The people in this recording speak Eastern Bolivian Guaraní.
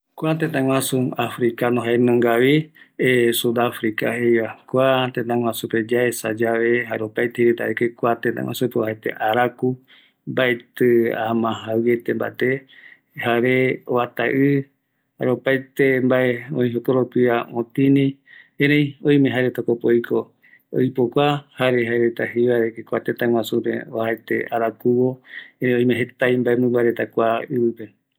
Kua africano, yaendu ramboeve, jaeko araku jenda, kuape mbaetɨ okɨ mbate, ëreï oïme ou yave ouvi jetarupi, jaeko kuape yaesa mïmbareta jeta, jokuarupi jaereta oipotarupi jëräküa